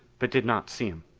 but did not see him.